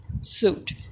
suit